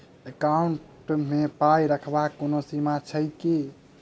Account मे पाई रखबाक कोनो सीमा छैक की?